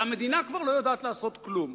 שהמדינה כבר לא יודעת לעשות כלום,